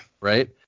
Right